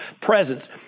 presence